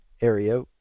area